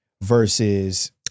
Versus